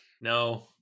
No